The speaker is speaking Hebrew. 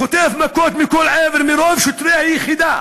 חוטף מכות מכל עבר מרוב שוטרי היחידה